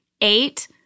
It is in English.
Eight